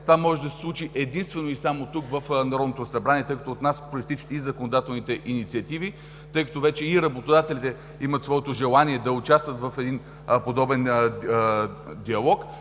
Това може да се случи единствено и само тук в Народното събрание, тъй като от нас произтичат и законодателните инициативи. Тъй като вече и работодателите имат своето желание да участват в подобен диалог,